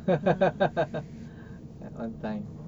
at one time